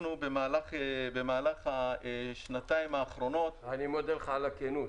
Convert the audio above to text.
במהלך השנתיים האחרונות --- אני מודה לכם על הכנות.